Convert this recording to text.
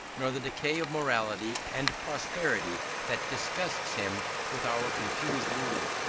nor the decay of morality and prosperity that disgusts him with our confused world.